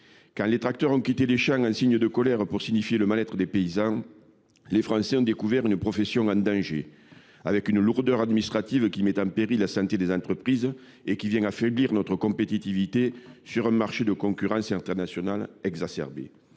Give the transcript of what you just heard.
Quand les tracteurs ont quitté les champs en signe de colère pour signifier le mal être des paysans, les Français ont découvert une profession en danger. La lourdeur administrative met en péril la santé des entreprises et vient affaiblir notre compétitivité sur un marché où la concurrence internationale est exacerbée.